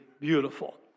beautiful